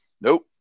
Nope